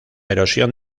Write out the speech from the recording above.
erosión